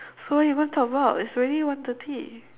so what you going to talk about it's already one thirty